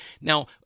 Now